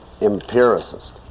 empiricist